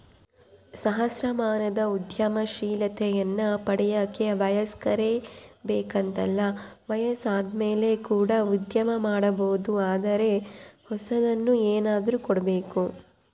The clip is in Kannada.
ಸಹಸ್ರಮಾನದ ಉದ್ಯಮಶೀಲತೆಯನ್ನ ಪಡೆಯಕ ವಯಸ್ಕರೇ ಬೇಕೆಂತಲ್ಲ ವಯಸ್ಸಾದಮೇಲೆ ಕೂಡ ಉದ್ಯಮ ಮಾಡಬೊದು ಆದರೆ ಹೊಸದನ್ನು ಏನಾದ್ರು ಕೊಡಬೇಕು